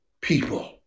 people